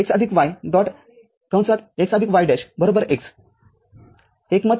x y' x एकमत x